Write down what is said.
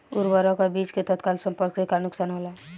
उर्वरक अ बीज के तत्काल संपर्क से का नुकसान होला?